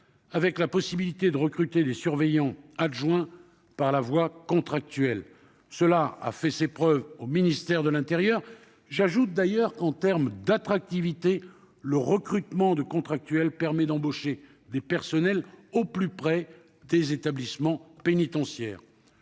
la possibilité de recruter des surveillants adjoints par la voie contractuelle. Cette approche a fait ses preuves au ministère de l'intérieur. J'ajoute que, en termes d'attractivité, le recrutement de contractuels permet d'embaucher des personnels au plus près des établissements pénitentiaires.